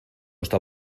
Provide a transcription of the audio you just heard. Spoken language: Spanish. está